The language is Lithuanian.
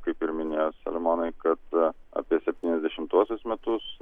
kaip ir minėjot selemonai kad apie septyniasdešimtuosius metus